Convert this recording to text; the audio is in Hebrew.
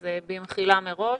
אז במחילה מראש.